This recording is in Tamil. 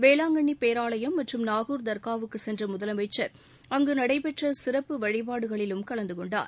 வேளாங்கண்ணி பேராலயம் மற்றும் நாகூர் தர்க்கா வுக்கு சென்ற முதலமைச்சன் அங்கு நடைபெற்ற சிறப்பு வழிபாடுகளிலும் கலந்து கொண்டார்